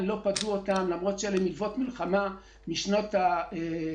לא פדו אותם למרות שאלה מלוות מלחמה משנות ה-70